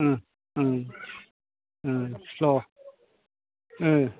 slow Om